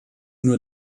nur